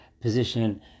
position